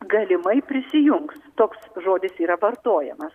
galimai prisijungs toks žodis yra vartojamas